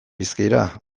bizkaira